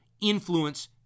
influence